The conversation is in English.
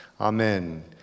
Amen